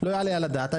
לא יעלה על הדעת.